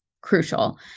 crucial